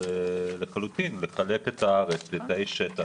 לחלוטין לחלק את הארץ לתאי שטח,